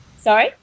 Sorry